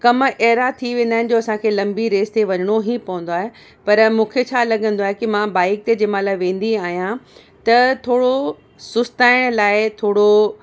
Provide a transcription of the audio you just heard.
कम अहिड़ा थी वेंदा आहिनि जो असांखे लंबी रेस ते वञिणो ई पवंदो आहे पर मूंखे छा लॻंदो आहे कि मां बाइक ते जंहिं महिल वेंदी आहियां त थोरो सुस्ताइण लाइ थोरो